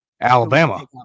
Alabama